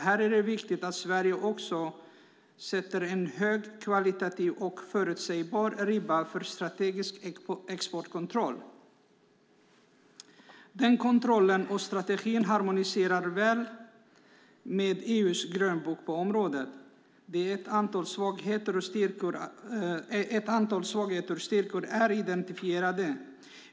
Här är det viktigt att Sverige sätter ribban högt - det ska vara kvalitativt och förutsägbart - för en strategisk exportkontroll. Den kontrollen och strategin harmoniserar väl med EU:s grönbok på området där ett antal svagheter och styrkor är identifierade.